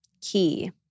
key